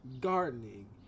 gardening